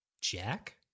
jack